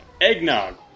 Eggnog